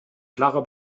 klare